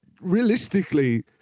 realistically